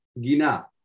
Gina